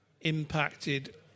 impacted